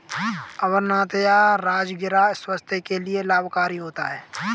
अमरनाथ या राजगिरा स्वास्थ्य के लिए लाभकारी होता है